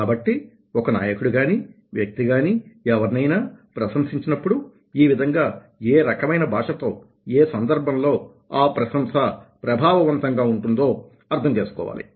కాబట్టి ఒక నాయకుడు గాని వ్యక్తి గాని ఎవరినైనా ప్రశంసించినప్పుడు ఈ విధంగా ఏ రకమైన భాషతో ఏ సందర్భంలో ఆ ప్రశంస ప్రభావవంతంగా ఉంటుందో అర్థం చేసుకోవాలి